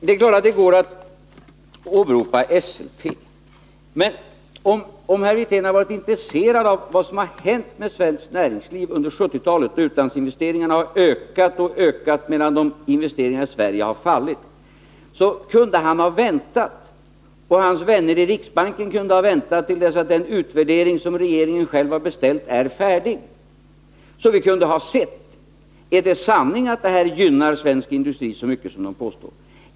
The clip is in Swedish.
Det är klart att det går att åberopa Esselte, men om herr Wirtén hade varit intresserad av vad som har hänt med svenskt näringsliv under 1970-talet, då utlandsinvesteringarna har ökat och ökat medan investeringarna i Sverige har minskat, kunde han och hans vänner i riksbanken ha väntat till dess den utvärdering som regeringen själv har beställt är färdig — så att vi kunde ha sett: Är det sanning att utlandsinvesteringarna gynnar svensk industri så mycket som det påstås?